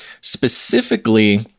specifically